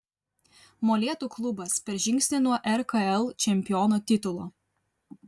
molėtų klubas per žingsnį nuo rkl čempiono titulo